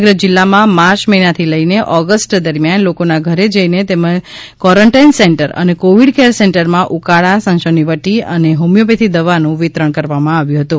સમગ્ર જિલ્લામાં માર્ચ મહિનાથી લઈને ઓગસ્ટ દરમિયાન લોકોના ઘરે જઈને તેમજ કોરન્ટાઇન સેન્ટર અને કોવીડ કેર સેન્ટરમાં ઉકાળા સંશમની વટી અને હોમીયોપેથી દવાનું વિતરણ કરવામાં આવ્યું હતું